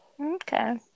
Okay